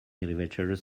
elevators